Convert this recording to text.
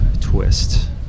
twist